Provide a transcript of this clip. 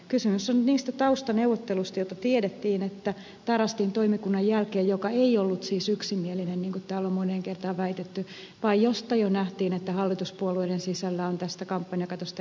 kysymys on niistä taustaneuvotteluista joista tiedettiin että niitä käytiin tarastin toimikunnan jälkeen joka ei siis ollut yksimielinen niin kuin täällä on moneen kertaan väitetty vaan josta jo nähtiin että hallituspuolueiden sisällä on tästä kampanjakatosta erimielisyyttä